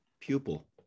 pupil